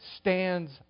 stands